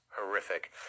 horrific